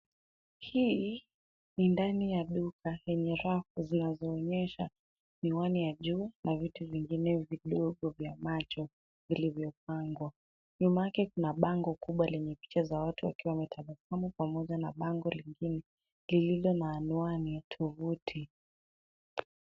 Hii ni ndani ya duka yenye rafu zinazoonyesha miwani ya jua na vitu vingine vidogo vya macho vilivyopangwa. Nyuma yake kuna bango kubwa lenye picha za watu wakiwa wametabasamu pamoja na bango lingine na anwani na tovuti.